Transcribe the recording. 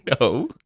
No